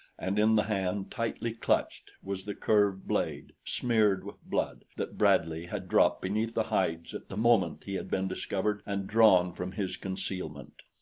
and in the hand, tightly clutched, was the curved blade, smeared with blood, that bradley had dropped beneath the hides at the moment he had been discovered and drawn from his concealment.